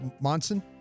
Monson